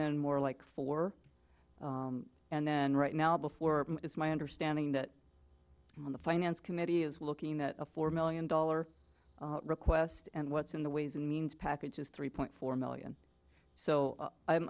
been more like four and then right now before it's my understanding that the finance committee is looking at a four million dollars request and what's in the ways and means package is three point four million so